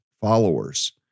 followers